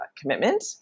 commitment